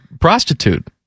prostitute